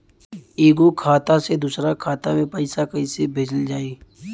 एगो खाता से दूसरा खाता मे पैसा कइसे भेजल जाई?